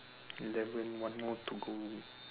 eleven one more to go